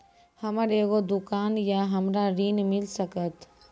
हमर एगो दुकान या हमरा ऋण मिल सकत?